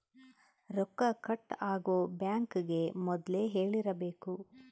ರೊಕ್ಕ ಕಟ್ ಆಗೋ ಬ್ಯಾಂಕ್ ಗೇ ಮೊದ್ಲೇ ಹೇಳಿರಬೇಕು